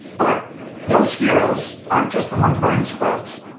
but those heroes aren't just the ones wearing scrubs.